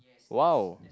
wow